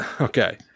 okay